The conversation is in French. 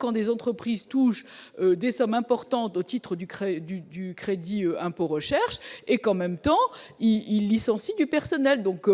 quand des entreprises touchent des sommes importantes au titre du crédit du du crédit impôt recherche et qu'en même temps il licencie du personnel, donc